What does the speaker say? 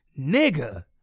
nigga